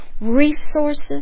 resources